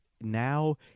Now